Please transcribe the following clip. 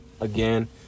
again